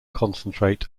concentrate